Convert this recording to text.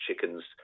chickens